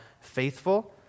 faithful